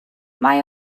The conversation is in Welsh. mae